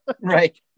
Right